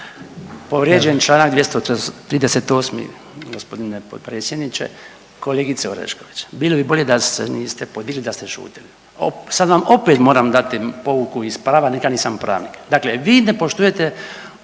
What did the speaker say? Povrijeđen čl. 238., g. potpredsjedniče. Kolegice Orešković, bilo bi bolje da se niste podigli i da ste šutili. Sad vam opet moram dati pouku iz prava, nikad nisam pravnik. Dakle vi ne poštujete